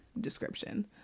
description